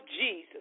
Jesus